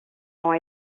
ont